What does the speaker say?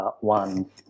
One